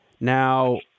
Now